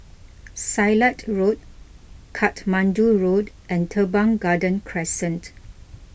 Silat Road Katmandu Road and Teban Garden Crescent